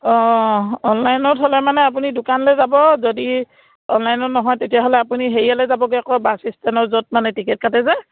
অঁ অনলাইনত হ'লে মানে আপুনি দোকানলৈ যাব যদি অনলাইনত নহয় তেতিয়াহ'লে আপুনি হেৰিয়ালৈ যাবগৈ আকৌ বাছ ষ্টেণ্ডৰ য'ত মানে টিকেট কাটে যায়